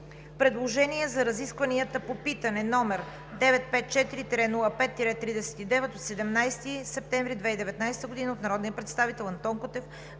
Предложение за разисквания по питане, № 954-05-39, от 17 септември 2019 г. от народния представител Антон Кутев